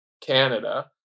Canada